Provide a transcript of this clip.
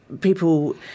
people